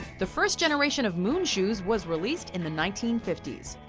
the first generation of moon shoes was released in the nineteen fifty s.